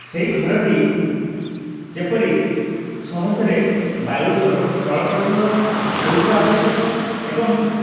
ସେହି ଘରଟି ଯେପରି ସହଜରେ ବାୟୁ ଚର ଚଳପ୍ରଚଳ ହୋଇଥିବା ଆବଶ୍ୟକ ଏବଂ